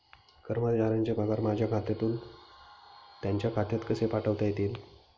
कर्मचाऱ्यांचे पगार माझ्या खात्यातून त्यांच्या खात्यात कसे पाठवता येतील?